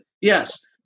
Yes